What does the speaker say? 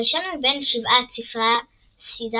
הראשון מבין שבעת ספרי הסדרה,